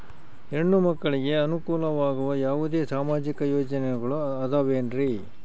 ಹೆಣ್ಣು ಮಕ್ಕಳಿಗೆ ಅನುಕೂಲವಾಗುವ ಯಾವುದೇ ಸಾಮಾಜಿಕ ಯೋಜನೆಗಳು ಅದವೇನ್ರಿ?